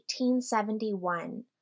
1871